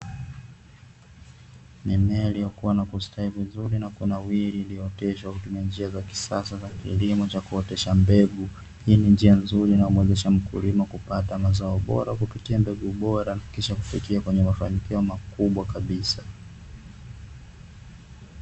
Mimea iliyokuwa na kustawi vizuri na kunawiri, iliyooteshwa kutumia njia za kisasa za kilimo cha kuotesha mbegu, hii ni njia nzuri inayomuwezesha mkulima kupata mazao bora kupitia mbegu bora na kisha kufikia kwenye mafanikio makubwa kabisa.